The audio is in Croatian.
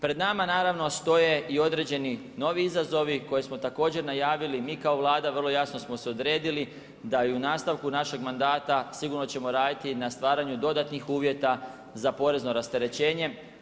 Pred nama, naravno stoje i određeni novi izazovi, koje smo također najavili, mi kao Vlada vrlo jasno smo se odredili da i u nastavku našeg mandata sigurno ćemo raditi na stvaranju dodatnih uvjeta, za porezno rasterećenje.